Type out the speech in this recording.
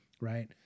right